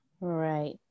right